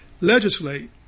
legislate